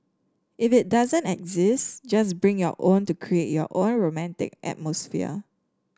if it doesn't exist just bring your own to create your own romantic atmosphere